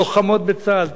טייסות בחיל האוויר,